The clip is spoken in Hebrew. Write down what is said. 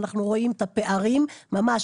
אנחנו רואים את הפערים ממש.